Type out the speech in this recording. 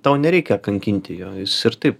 tau nereikia kankinti jo jis ir taip